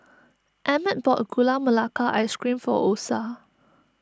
Emmett bought Gula Melaka Ice Cream for Osa